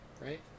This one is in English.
Right